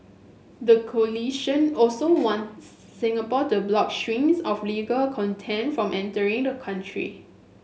the coalition also wants Singapore to block streams of legal content from entering the country